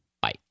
Bye